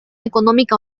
económica